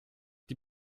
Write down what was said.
die